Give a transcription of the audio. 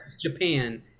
Japan